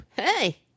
Hey